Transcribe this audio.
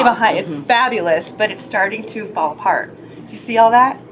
behind. it's fabulous, but it's starting to fall apart. do you see all that?